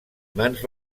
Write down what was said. mans